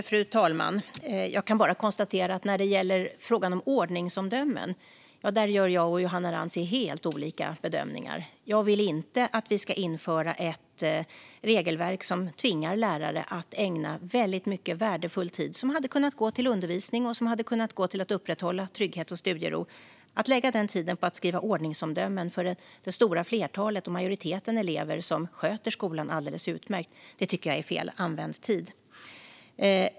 Fru talman! Jag kan bara konstatera att när det gäller frågan om ordningsomdömen gör jag och Johanna Rantsi helt olika bedömningar. Jag vill inte att vi ska införa ett regelverk som tvingar lärare att ägna väldigt mycket värdefull tid - tid som hade kunnat gå till undervisning och till att upprätthålla trygghet och studiero - åt att skriva ordningsomdömen, då det stora flertalet och majoriteten elever sköter skolan alldeles utmärkt. Det tycker jag är felanvänd tid.